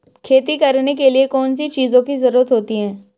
खेती करने के लिए कौनसी चीज़ों की ज़रूरत होती हैं?